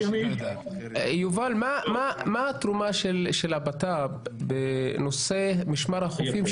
מה התרומה של הבט"פ בנושא משמר החופים,